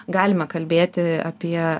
galime kalbėti apie